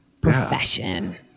Profession